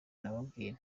nababwiye